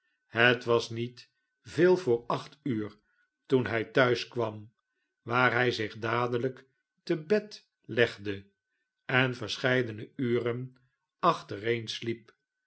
het was niet veel voor acht uur toen hij thuis kwam waar hij zich dadelijk te bed legde en verscheidene uren achtereen